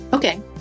Okay